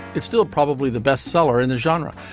it's still probably the best seller in the genre.